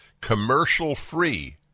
commercial-free